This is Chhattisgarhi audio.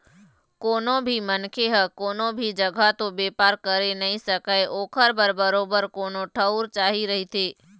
कोनो भी मनखे ह कोनो भी जघा तो बेपार करे नइ सकय ओखर बर बरोबर कोनो ठउर चाही रहिथे